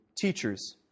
teachers